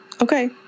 Okay